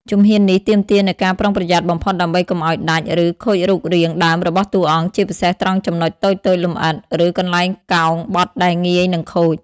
ជំហាននេះទាមទារនូវការប្រុងប្រយ័ត្នបំផុតដើម្បីកុំឱ្យដាច់ ឬខូចរូបរាងដើមរបស់តួអង្គ ជាពិសេសត្រង់ចំណុចតូចៗ លម្អិត ឬកន្លែងកោងបត់ដែលងាយនឹងខូច។